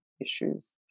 issues